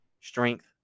strength